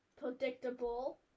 predictable